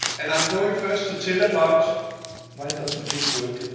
and i'm going first to tell about why doesn't this work?